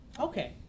Okay